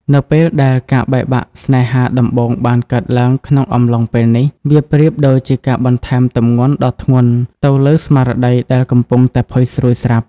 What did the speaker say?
នៅពេលដែលការបែកបាក់ស្នេហាដំបូងបានកើតឡើងក្នុងអំឡុងពេលនេះ វាប្រៀបដូចជាការបន្ថែមទម្ងន់ដ៏ធ្ងន់ទៅលើស្មារតីដែលកំពុងតែផុយស្រួយស្រាប់។